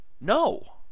No